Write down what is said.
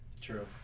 True